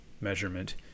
measurement